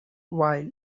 while